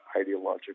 ideological